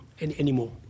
anymore